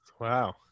Wow